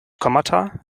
kommata